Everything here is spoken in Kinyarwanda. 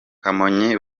kamonyi